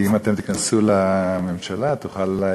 כי אם אתם תיכנסו לממשלה תוכל אולי,